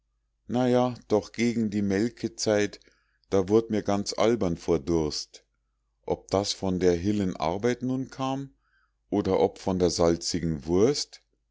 ja doch gegen die melkezeit da wurd mir ganz albern vor durst ob das von der hillen arbeit nun kam oder ob von der salzigen wurst